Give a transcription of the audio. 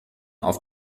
auf